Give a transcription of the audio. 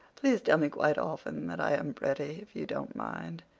please tell me quite often that i am pretty, if you don't mind.